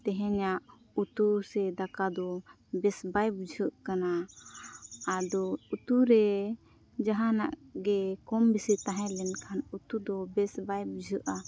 ᱛᱮᱦᱮᱧᱟᱜ ᱩᱛᱩ ᱥᱮ ᱫᱟᱠᱟᱫᱚ ᱵᱮᱥ ᱵᱟᱭ ᱵᱩᱡᱷᱟᱹᱜ ᱠᱟᱱᱟ ᱟᱫᱚ ᱩᱛᱩᱨᱮ ᱡᱟᱦᱟᱱᱟᱜ ᱜᱮ ᱠᱚᱢᱼᱵᱮᱥᱤ ᱛᱟᱦᱮᱞᱮᱱᱠᱷᱟᱱ ᱩᱛᱩᱫᱚ ᱵᱮᱥ ᱵᱟᱭ ᱵᱩᱡᱷᱟᱹᱜᱼᱟ